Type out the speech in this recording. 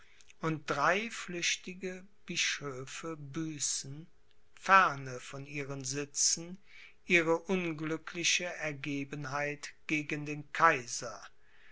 und drei flüchtige bischöfe büßen ferne von ihren sitzen ihre unglückliche ergebenheit gegen den kaiser